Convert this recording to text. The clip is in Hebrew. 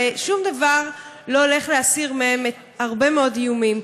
ושום דבר לא הולך להסיר מהם הרבה מאוד איומים.